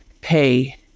pay